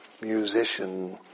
musician